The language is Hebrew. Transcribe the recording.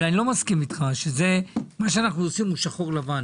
אבל אני לא מסכים איתך שמה שאנחנו עושים הוא שחור-לבן.